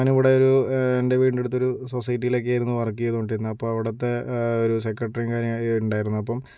ഞാനിവിടെ ഒരു എൻ്റെ വീടിൻറ്റടുത്തൊരു സൊസൈറ്റിലൊക്കേയിരുന്നു വർക്ക് ചെയ്തു കൊണ്ടിരുന്നത് അപ്പൊൾ അവിടുത്തെ ഒരു സെക്രട്ടറി കാര്യം ഉണ്ടായിരുന്നു അപ്പം